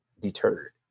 deterred